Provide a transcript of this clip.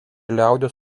liaudies